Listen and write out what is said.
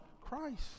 Christ